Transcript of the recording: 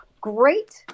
great